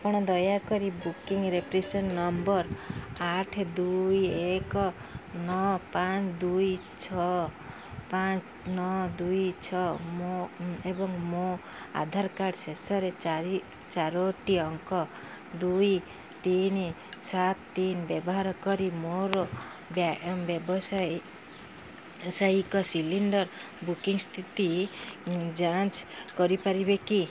ଆପଣ ଦୟାକରି booking reference number ଆଠ ଦୁଇ ଏକ ନଅ ପାଞ୍ଚ ଦୁଇ ଛଅ ପାଞ୍ଚ ନଅ ଦୁଇ ଛଅ ମୋ ଏବଂ ମୋ ଆଧାର କାର୍ଡ଼ର ଶେଷ ଚାରୋଟି ଅଙ୍କ ଦୁଇ ତିନି ସାତ ତିନି ବ୍ୟବହାର କରି ମୋର ବ୍ୟାବସାୟିକ ସିଲିଣ୍ଡର୍ ବୁକିଙ୍ଗ ସ୍ଥିତି ଯାଞ୍ଚ କରିପାରିବେ କି